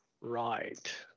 Right